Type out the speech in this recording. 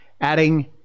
adding